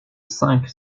cinq